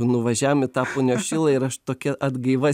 nuvažiavom į tą punios šilą ir aš tokia atgaiva